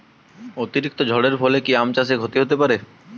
অতিরিক্ত ঝড়ের ফলে কি আম চাষে ক্ষতি হতে পারে?